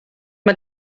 mae